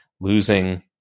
losing